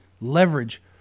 Leverage